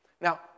Now